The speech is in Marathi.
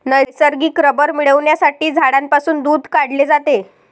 नैसर्गिक रबर मिळविण्यासाठी झाडांपासून दूध काढले जाते